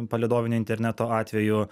palydovinio interneto atveju